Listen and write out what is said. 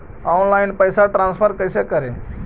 Online पैसा transfer कैसे करे?